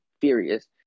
furious